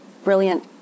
brilliant